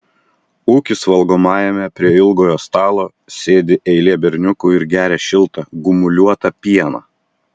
ūkis valgomajame prie ilgojo stalo sėdi eilė berniukų ir geria šiltą gumuliuotą pieną